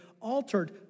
altered